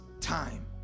time